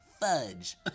Fudge